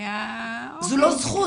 זו לא זכות.